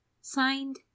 Signed